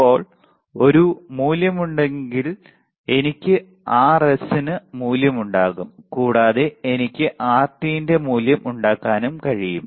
ഇപ്പോൾ ഒരു മൂല്യമുണ്ടെങ്കിൽ എനിക്ക് Rs മൂല്യമുണ്ടാകാം കൂടാതെ എനിക്ക് Rt ന്റെ മൂല്യം ഉണ്ടാക്കാനും കഴിയും